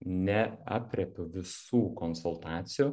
neaprėpiu visų konsultacijų